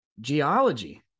geology